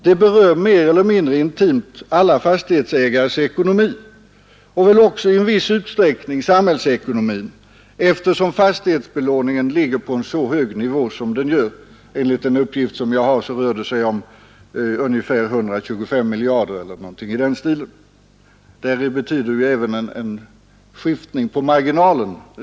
Den berör mer eller mindre intimt alla fastighetsägares ekonomi och väl också i viss utsträckning samhällsekonomin, eftersom fastighetsbelåningen ligger på så hög nivå som den gör — enligt uppgift rör den sig om ungefär 125 miljarder kronor. Herr talman!